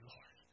Lord